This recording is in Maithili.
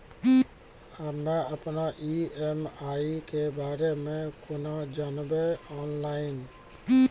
हम्मे अपन ई.एम.आई के बारे मे कूना जानबै, ऑनलाइन?